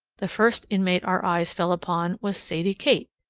the first inmate our eyes fell upon was sadie kate,